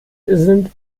sind